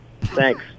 Thanks